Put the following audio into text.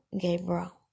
Gabriel